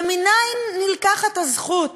ומנין נלקחת הזכות